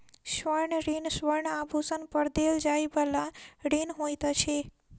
स्वर्ण ऋण स्वर्ण आभूषण पर देल जाइ बला ऋण होइत अछि